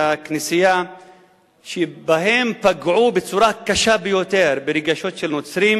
הכנסייה שבהן פגעו בצורה קשה ביותר ברגשות של נוצרים,